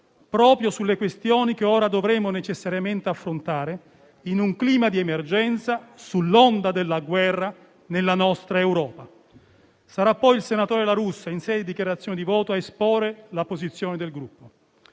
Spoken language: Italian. proprio sulle questioni che ora dovremo necessariamente affrontare, in un clima di emergenza sull'onda della guerra nella nostra Europa. Sarà poi il senatore La Russa, in sede dichiarazione di voto, a esporre la posizione del Gruppo.